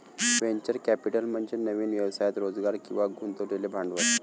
venture capital म्हणजे नवीन व्यवसायात रोजगार किंवा गुंतवलेले भांडवल